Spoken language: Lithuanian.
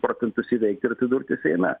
procentus įveikti ir atsidurti seime